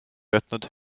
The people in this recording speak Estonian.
jätnud